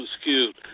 skewed